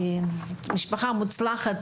משפחה מוצלחת,